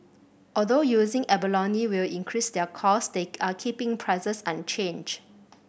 although using abalone will increase their cost they are keeping prices unchanged